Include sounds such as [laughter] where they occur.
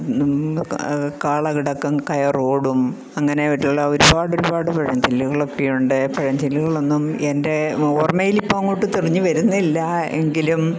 [unintelligible] കാള കിടക്കും കയറോടും അങ്ങയായിട്ടുള്ള ഒരുപാടൊരുപാട് പഴഞ്ചൊല്ലുകളൊക്കെയുണ്ട് പഴഞ്ചൊല്ലുകളെന്നും എൻ്റെ ഓർമ്മയിലിപ്പോൾ അങ്ങോട്ട് തെളിഞ്ഞു വരുന്നില്ല എങ്കിലും